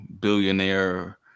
billionaire